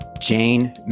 Jane